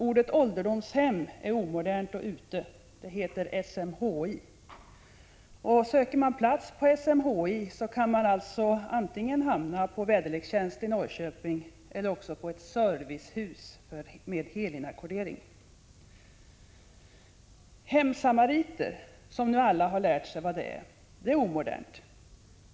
Ordet ålderdomshem är omodernt och ute. Det heter SMHI. Söker man plats på SMHI kan man alltså hamna antingen på väderlekstjänst i Norrköping eller på ett servicehus med helinackordering. Hemsamariter, som alla har lärt sig vad det är, är omodernt.